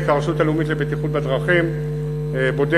הרשות הלאומית לבטיחות בדרכים בודקת,